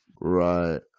right